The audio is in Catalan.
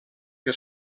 que